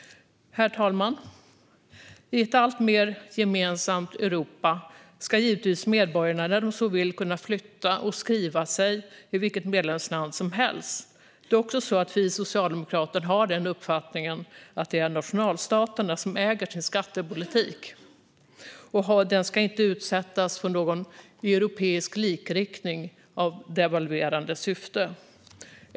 Herr talman! I ett alltmer gemensamt Europa ska givetvis medborgarna när de så vill kunna flytta och skriva sig i vilket medlemsland som helst. Vi socialdemokrater har också den uppfattningen att det är nationalstaterna som äger sin skattepolitik, och den ska inte utsättas för någon europeisk likriktning i devalverande syfte.